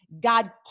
God